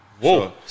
Whoa